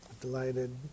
delighted